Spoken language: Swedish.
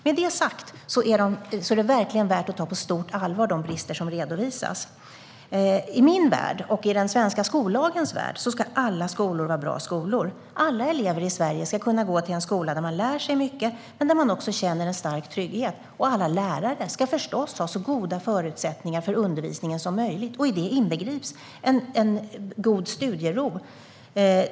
Med det sagt är det verkligen värt att ta de brister som redovisas på stort allvar. I min värld, och i den svenska skollagens värld, ska alla skolor vara bra skolor. Alla elever i Sverige ska kunna gå till en skola där de lär sig mycket och där de känner en stark trygghet. Alla lärare ska förstås ha så goda förutsättningar för undervisningen som möjligt. I det inbegrips en god studiero.